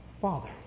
Father